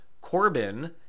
Corbin